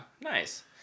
Nice